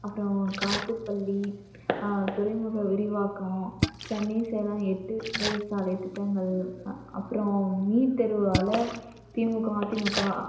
அப்புறம் காட்டுப்பள்ளி துறைமுக விரிவாக்கம் சென்னை சேலம் எட்டு வழி சாலைத் திட்டங்கள் அப்புறம் நீட் தேர்வால் திமுக அதிமுக